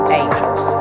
angels